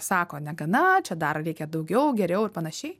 sako negana čia dar reikia daugiau geriau ir panašiai